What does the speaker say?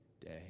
day